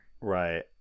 Right